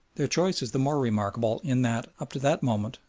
their choice is the more remarkable in that, up to that moment,